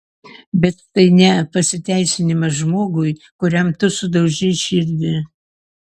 bet tai ne pasiteisinimas žmogui kuriam tu sudaužei širdį